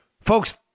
Folks